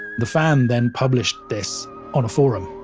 the fan then published this on a forum,